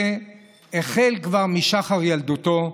זה החל כבר משחר ילדותו,